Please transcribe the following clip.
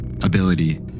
ability